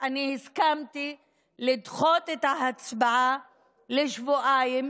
הכפלתי את סל התרופות מ-300 מיליון ל-500 מיליון.